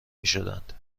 میشدند